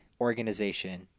organization